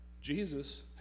Jesus